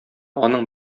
аның